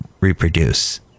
reproduce